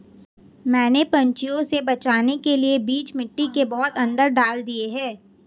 मैंने पंछियों से बचाने के लिए बीज मिट्टी के बहुत अंदर डाल दिए हैं